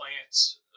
plants